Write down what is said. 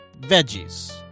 veggies